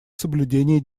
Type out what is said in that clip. соблюдения